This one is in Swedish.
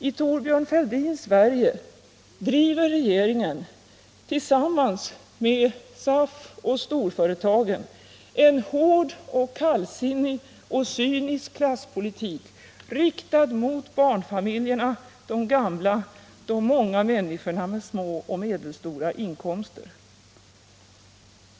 I Thorbjörn Fälldins Sverige driver regeringen tillsammans med SAF och storföretagen en hård och kallsinnig och cynisk klasspolitik riktad mot barnfamiljerna, de gamla, de många människorna med små och medelstora inkomster.